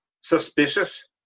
suspicious